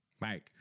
Mike